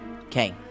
Okay